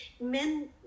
men